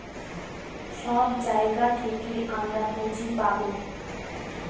সব জায়গা থেকে আমরা পুঁজি পাবো